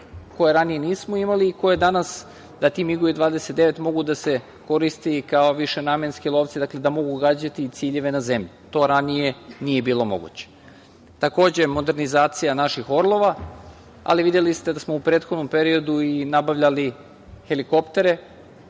koje ranije nismo imali i koje danas, da ti MIG-ovi 29 mogu da se koriste i kao višenamenski lovci, dakle, da mogu gađati i ciljeve na zemlji, to ranije nije bilo moguće. Takođe, modernizacija naših „Orlova“, ali videli ste da smo u prethodnom periodu i nabavljali helikoptere